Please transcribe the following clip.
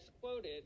quoted